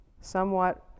somewhat